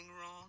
wrong